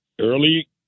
early